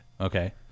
okay